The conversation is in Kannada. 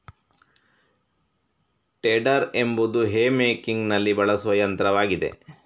ಟೆಡರ್ ಎಂಬುದು ಹೇ ಮೇಕಿಂಗಿನಲ್ಲಿ ಬಳಸುವ ಯಂತ್ರವಾಗಿದೆ